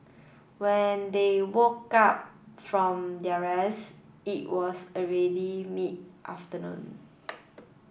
when they woke up from their rest it was already mid afternoon